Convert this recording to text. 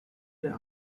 der